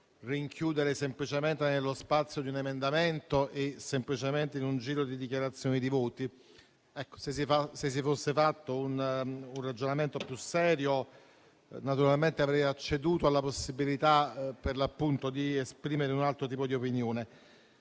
rinchiudere semplicemente nello spazio di un emendamento e in un giro di dichiarazioni di voto. Se si fosse fatto un ragionamento più serio, naturalmente avrei acceduto alla possibilità di esprimere un altro tipo di opinione.